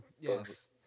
Yes